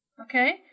okay